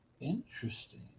Interesting